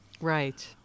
Right